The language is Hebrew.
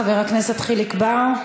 חבר הכנסת חיליק בר,